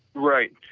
right.